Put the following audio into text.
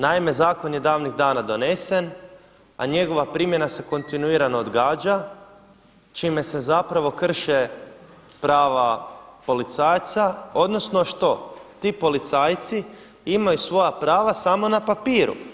Naime, zakon je davnih dana donesen, a njegova primjena se kontinuirano odgađa čime se krše prava policajaca odnosno što ti policajci imaju svoja prava samo na papiru.